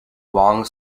wong